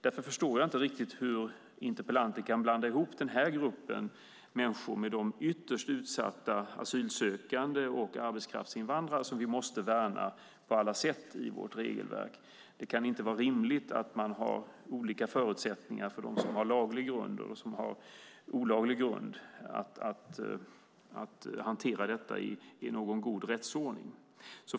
Därför förstår jag inte riktigt hur interpellanten kan blanda ihop denna grupp människor med de ytterst utsatta asylsökande och arbetskraftsinvandrare som vi måste värna på alla sätt i vårt regelverk. Det kan inte vara rimligt att man har olika förutsättningar för dem som har laglig grund och dem som har olaglig grund om man ska hantera detta i enlighet med god rättsordning.